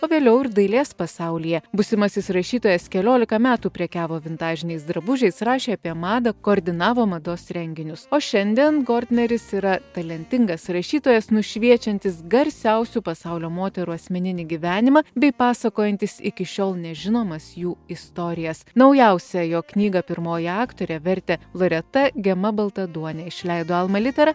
o vėliau ir dailės pasaulyje būsimasis rašytojas keliolika metų prekiavo vintažiniais drabužiais rašė apie madą koordinavo mados renginius o šiandien gortneris yra talentingas rašytojas nušviečiantis garsiausių pasaulio moterų asmeninį gyvenimą bei pasakojantis iki šiol nežinomas jų istorijas naujausią jo knygą pirmoji aktorė vertė loreta gema baltaduonė išleido alma litera